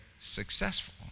successful